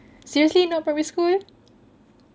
seriously not primary school